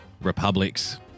republics